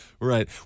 Right